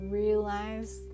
realize